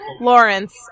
Lawrence